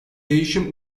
değişim